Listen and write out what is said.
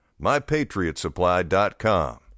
MyPatriotSupply.com